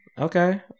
Okay